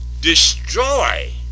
destroy